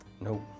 Nope